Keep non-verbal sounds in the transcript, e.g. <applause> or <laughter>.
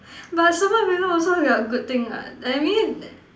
but super villain also got good things what I mean <noise>